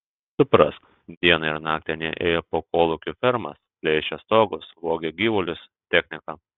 suprask dieną ir naktį anie ėjo po kolūkių fermas plėšė stogus vogė gyvulius techniką